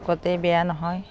গোটেই বেয়া নহয়